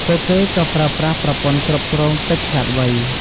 ពួកគេក៏ប្រើប្រាស់ប្រព័ន្ធគ្រប់គ្រងទឹកឆ្លាតវៃ។